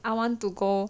I want to go